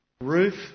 Ruth